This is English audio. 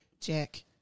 Jack